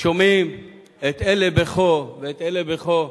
שומעים את אלה בכה ואת אלה בכה,